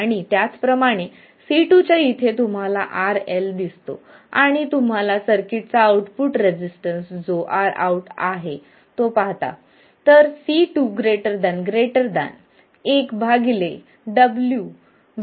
आणि त्याचप्रमाणे C2 च्या इथे तुम्हाला RL दिसतो आणि तुम्ही सर्किट चा आउटपुट रेसिस्टन्स जो Rou आहे तो पाहता